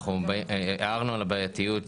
הערנו על הבעייתיות.